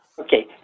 Okay